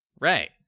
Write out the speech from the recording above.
Right